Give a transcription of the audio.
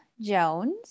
Jones